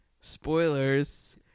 spoilers